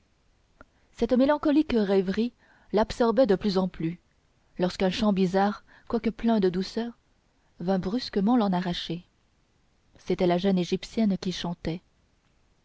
cette mélancolique rêverie l'absorbait de plus en plus lorsqu'un chant bizarre quoique plein de douceur vint brusquement l'en arracher c'était la jeune égyptienne qui chantait